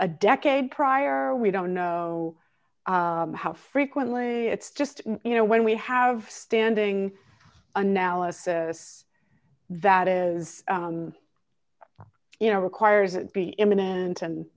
a decade prior we don't know how frequently it's just you know when we have standing analysis that is you know requires it be imminent